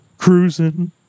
Cruising